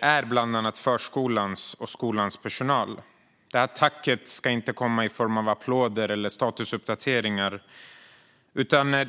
är bland annat förskolans och skolans personal. Det tacket ska inte komma i form av applåder eller statusuppdateringar.